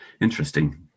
interesting